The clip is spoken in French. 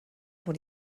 pour